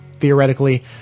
Theoretically